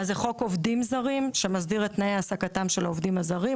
חוק עובדים זרים שמסדיר את תנאי העסקתם של העובדים הזרים,